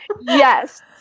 Yes